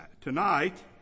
tonight